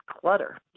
clutter